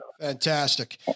Fantastic